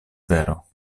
vero